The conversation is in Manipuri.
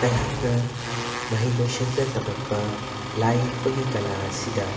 ꯑꯩꯍꯥꯛꯅ ꯃꯍꯩ ꯂꯣꯏꯁꯪꯗ ꯇꯝꯃꯛꯄ ꯂꯩꯏ ꯌꯦꯛꯄꯒꯤ ꯀꯂꯥ ꯑꯁꯤꯗ